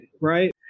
right